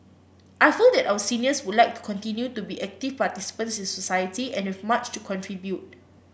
I feel that our seniors would like to continue to be active participants in society and have much to contribute